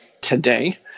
today